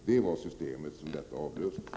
Det var det systemet som detta avlöste.